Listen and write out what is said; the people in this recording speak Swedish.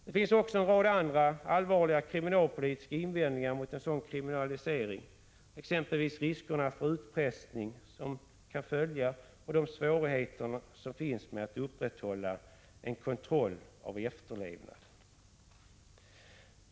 Det finns också en rad andra kriminalpolitiska invändningar mot en sådan kriminalisering, exempelvis riskerna för utpressning som kan följa, och de svårigheter som finns med att upprätthålla en kontroll av efterlevnaden.